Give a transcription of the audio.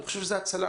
אני חושב שזו הצלה,